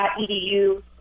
.edu